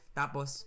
tapos